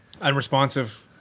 unresponsive